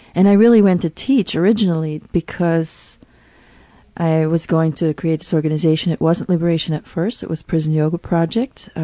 and i really went to teach originally because i was going to create this organization. it wasn't liberation at first it was prison yoga project,